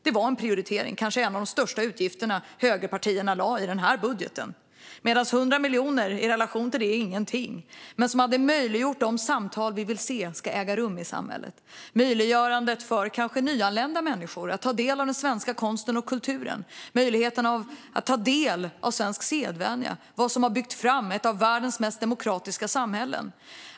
Denna utgiftsprioritering var en av de största högerpartierna lade fram i budgeten. I relation till det är 100 miljoner ingenting, men det hade möjliggjort de samtal vi vill ska äga rum i samhället och möjliggjort för nyanlända människor att ta del av svensk konst och kultur samt av svensk sedvänja som har byggt upp ett av världens mest demokratiska samhällen.